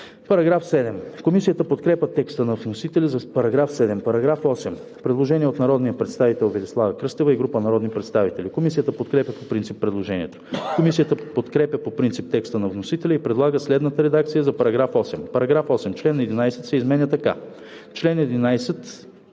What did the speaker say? регистър.“ Комисията подкрепя текста на вносителя за § 7. По § 8 има предложение от народния представител Велислава Кръстева и група народни представители. Комисията подкрепя по принцип предложението. Комисията подкрепя по принцип текста на вносителя и предлага следната редакция за § 8: „§ 8. Член 11 се изменя така: „Чл. 11.